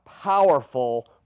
powerful